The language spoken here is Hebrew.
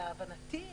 להבנתי,